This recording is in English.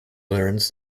learns